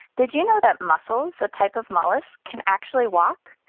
did you know that mussels, a type of mollusk, can actually walk?